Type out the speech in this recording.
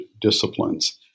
disciplines